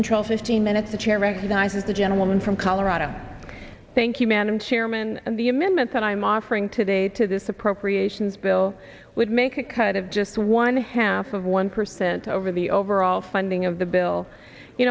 control fifteen minutes the chair recognizes the gentleman from colorado thank you man i'm chairman of the amendments and i'm offering today to this appropriations bill would make a cut of just one half of one percent over the overall funding of the bill you